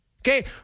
Okay